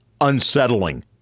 unsettling